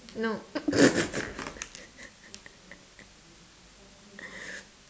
no